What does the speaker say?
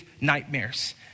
nightmares